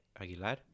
Aguilar